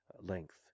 length